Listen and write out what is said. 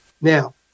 Now